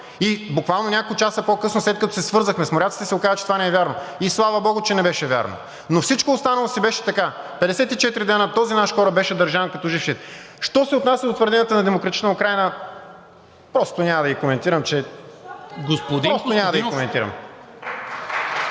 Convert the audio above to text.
Буквално няколко часа по-късно, след като се свързахме с моряците, се оказа, че това не е вярно. И слава богу, че не беше вярно, но всичко останало си беше така – 54 дни този наш кораб беше държан като жив щит. Що се отнася до твърденията на „Демократична Украйна“, просто няма да ги коментирам.